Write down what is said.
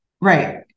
Right